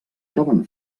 troben